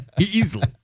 Easily